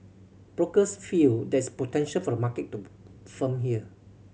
brokers feel there is potential for the market to firm here